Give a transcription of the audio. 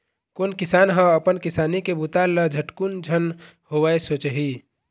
कोन किसान ह अपन किसानी के बूता ल झटकुन झन होवय सोचही